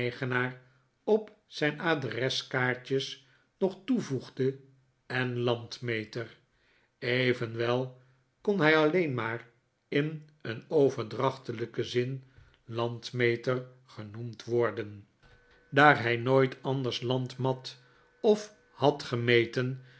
eigenaar op zijn adreskaartjes nog toevoegde en landmeter evenwel kon hij alleen maar in een overdrachtelijken zin landmeter genoemd wormaarten chuzzlewit den daar hij nooit anders land mat of had gemeten